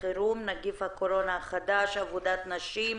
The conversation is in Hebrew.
חירום (נגיף הקורונה החדש) (עבודת נשים),